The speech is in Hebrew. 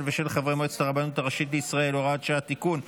ושל חברי מועצת הרבנות הראשית לישראל) (הוראת שעה) (תיקון),